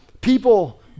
People